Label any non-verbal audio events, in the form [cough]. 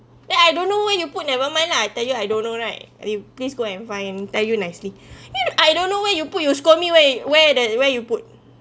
then I don't know where you put never mind lah tell you I don't know right you please go and find tell you nicely [breath] I don't know where you put you scold me where it where that where you put